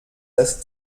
das